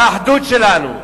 והאחדות שלנו.